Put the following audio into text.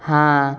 हाँ